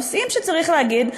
נושאים שצריך להגיד,